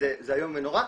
וזה איום ונורא,